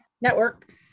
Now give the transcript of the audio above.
network